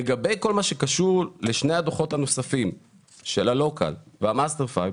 לגבי כל מה שקשור לשני הדוחות הנוספים של ה-local וה- master file,